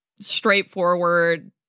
straightforward